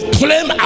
claim